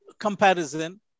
Comparison